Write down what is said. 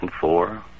four